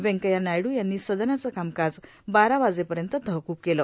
वेंकय्या नायडू यांनी सदनाचं कामकाज बारा वाजेपर्यंत तहकूब केलं